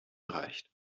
erreicht